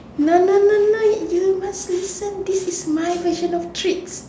no no no you must listen this is my version of treats